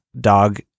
dog